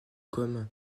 comme